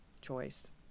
choice